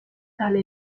tale